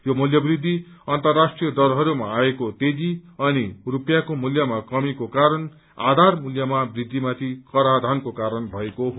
यो मूल्य वृद्धि अन्तर्राष्ट्रिय दरहरूमा आएको तेजी अनि रूपियाँको मूल्यमा कमीको कारण आधार मूल्यमा वृद्धिमाथि कराधानको कारण भएको हो